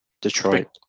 Detroit